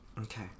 Okay